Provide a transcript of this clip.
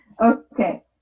okay